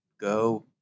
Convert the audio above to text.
go